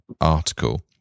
article